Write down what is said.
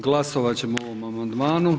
Glasovat ćemo o ovom amandmanu.